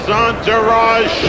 entourage